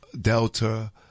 Delta